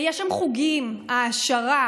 יש שם חוגי העשרה,